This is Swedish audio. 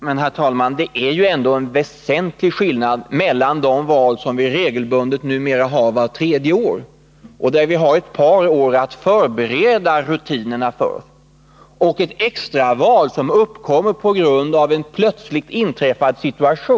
Herr talman! Det är ju ändå en väsentlig skillnad mellan de val som vi regelbundet har vart tredje år och för vilka vi har ett par år på oss att förbereda rutinerna och ett extraval som uppkommer på grund av en plötsligt inträffad situation.